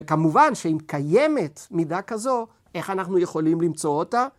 כמובן שאם קיימת מידה כזו, איך אנחנו יכולים למצוא אותה?